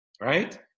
right